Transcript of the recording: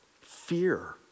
fear